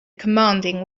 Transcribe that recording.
commanding